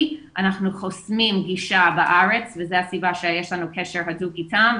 אנחנו חוסמים גישה בארץ וזו הסיבה שיש לנו קשר הדוק איתם,